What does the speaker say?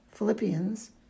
Philippians